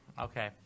Okay